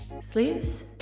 Sleeves